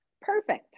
Perfect